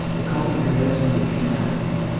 the common conventions of humanity